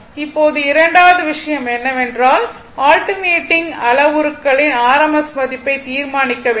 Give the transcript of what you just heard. இப்போது இரண்டாவது விஷயம் என்னவென்றால் ஆல்ட்டர்னேட்டிங் அளவுருக்களின் RMS மதிப்பை தீர்மானிக்க வேண்டும்